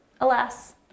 alas